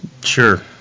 Sure